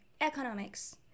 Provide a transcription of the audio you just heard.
economics